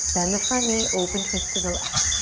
bend the front knee. open twist to the left.